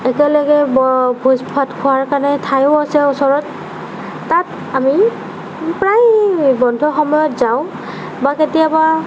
একেলগে ভোজ ভাত খোৱাৰ কাৰণে ঠাইও আছে ওচৰত তাত আমি প্ৰায় বন্ধৰ সময়ত যাওঁ বা কেতিয়াবা